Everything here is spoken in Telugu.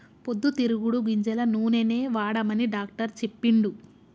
పొద్దు తిరుగుడు గింజల నూనెనే వాడమని డాక్టర్ చెప్పిండు